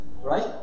right